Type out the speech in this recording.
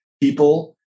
people